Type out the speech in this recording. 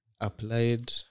applied